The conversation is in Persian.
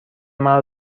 مرا